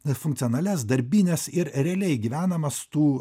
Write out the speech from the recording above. na funkcionalias darbines ir realiai gyvenamas tų